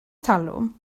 talwm